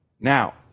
Now